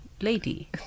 lady